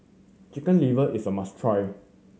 Chicken Liver is a must try